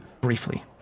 briefly